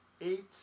eight